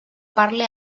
parle